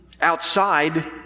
Outside